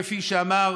כפי שאמר